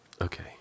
Okay